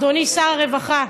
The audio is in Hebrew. אדוני שר הרווחה?